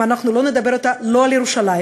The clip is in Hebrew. אם אנחנו לא נדבר אתה על ירושלים,